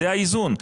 זה האיזון.